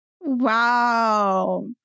Wow